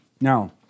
Now